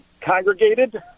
congregated